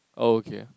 oh okay